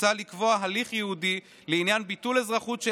מוצע לקבוע הליך ייעודי לעניין ביטול אזרחות של